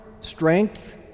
strength